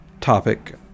topic